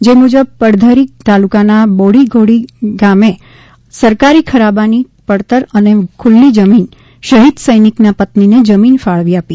જે મુજબ પડધરી તાલુકાના બોડીધોડી ગામે સરકારી ખરાબાની પડતર અને ખુલ્લીપ જમીન શહિદ સૈનિશ્વા પત્નીને જમીન ફાળવી આપી